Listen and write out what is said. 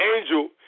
angel